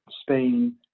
Spain